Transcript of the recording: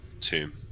tomb